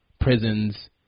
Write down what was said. prisons